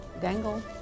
dangle